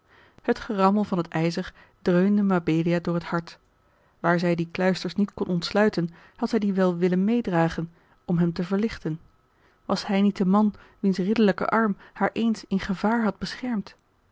het gerammel van het ijzer dreunde mabelia door het hart waar zij die kluisters niet kon ontsluiten had zij die wel willen meêdragen om hem te verlichten was hij niet de man wiens ridderlijke arm haar eens in gevaar had beschermd